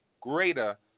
greater